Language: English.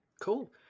Cool